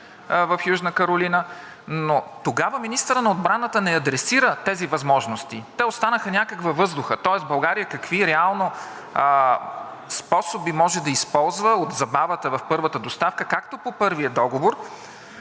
в Южна Каролина, но тогава министърът на отбраната не адресира тези възможности. Те останаха някак във въздуха. Тоест България какви способи реално може да използва от забавата в първата доставка както по първия договор,